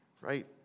right